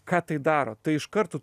ką tai daro tai iš karto